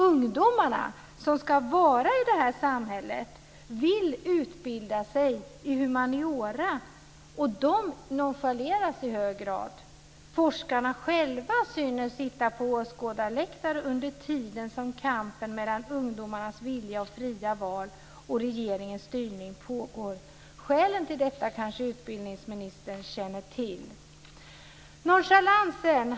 Ungdomarna, som ska vara i det här samhället, vill utbilda sig i humaniora, men de nonchaleras i hög grad. Forskarna själva synes sitta på åskådarläktare under tiden som kampen mellan ungdomarnas vilja och fria val och regeringens styrning pågår. Skälen till detta kanske utbildningsministern känner till. Herr talman!